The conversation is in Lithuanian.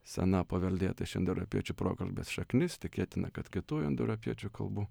sena paveldėta iš indoeuropiečių prokalbės šaknis tikėtina kad kitų indoeuropiečių kalbų